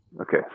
Okay